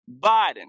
Biden